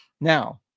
Now